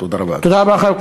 תודה רבה, אדוני.